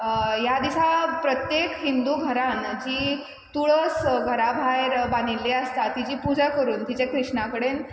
ह्या दिसा प्रत्येक हिंदू घरान जी तुळस घरा भायर बांदिल्ली आसता तिजी पुजा करून तिजी कृष्णा कडेन